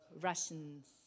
Russians